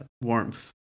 warmth